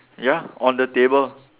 ya on the table